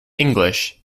english